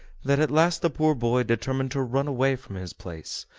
that at last the poor boy determined to run away from his place,